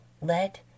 Let